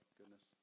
goodness